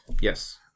Yes